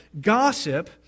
Gossip